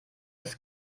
ist